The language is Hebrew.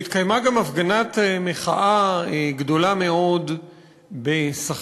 והתקיימה גם הפגנת מחאה גדולה מאוד בסח'נין,